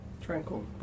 Tranquil